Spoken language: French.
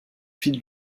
fil